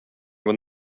when